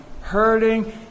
hurting